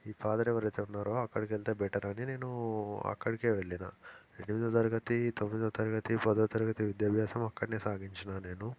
ఈ ఫాదర్ ఎవరైతే ఉన్నారో అక్కడికి వెళితే బెటర్ అని నేను అక్కడికే వెళ్ళినా ఎనిమిదో తరగతి తొమ్మిదో తరగతి పదో తరగతి విద్యాభ్యాసం అక్కడనే సాగించాను నేను